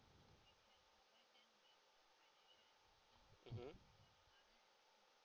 mmhmm